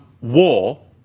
war